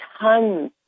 tons